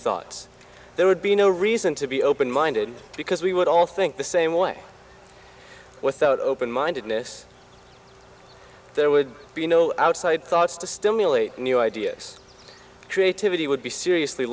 thoughts there would be no reason to be open minded because we would all think the same way without open mindedness there would be no outside thoughts to stimulate new ideas creativity would be seriously